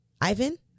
Ivan